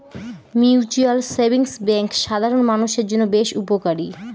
mutual savings bank সাধারন মানুষের জন্য বেশ উপকারী